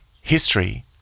history –